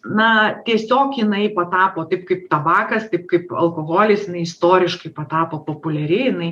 na tiesiog jinai patapo taip kaip tabakas taip kaip alkoholis jinai istoriškai patapo populiari jinai